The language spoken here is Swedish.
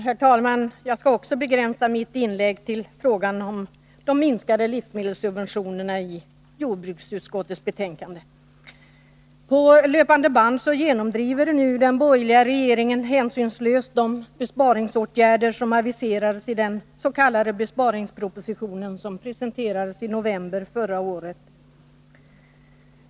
Herr talman! Jag skall också begränsa mitt inlägg till frågan om de minskade livsmedelssubventionerna, som tas upp i jordbruksutskottets betänkande. På löpande band genomdriver nu den borgerliga regeringen hänsynslöst de besparingsåtgärder som aviserades i den s.k. besparingspropositionen som presenterades i november förra året.